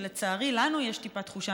שלצערי יש לנו טיפה תחושה,